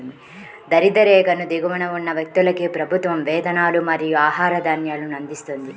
దారిద్య్ర రేఖకు దిగువన ఉన్న వ్యక్తులకు ప్రభుత్వం వేతనాలు మరియు ఆహార ధాన్యాలను అందిస్తుంది